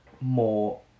more